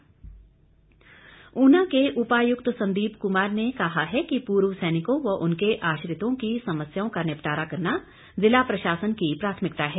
DC Una Una के उपायुक्त संदीप कुमार ने कहा है कि पूर्व सैनिकों व उनके आश्रितों की समस्याओं का निपटारा करना जिला प्रशासन की प्राथमिकता है